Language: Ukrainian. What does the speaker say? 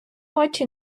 очі